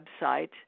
website